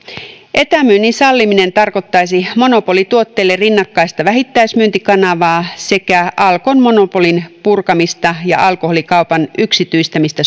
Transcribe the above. etämyynnin salliminen tarkoittaisi monopolituotteille rinnakkaista vähittäismyyntikanavaa sekä alkon monopolin purkamista ja alkoholikaupan yksityistämistä